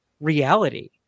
reality